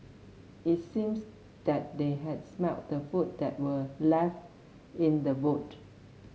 it seems that they had smelt the food that were left in the boot